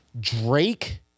Drake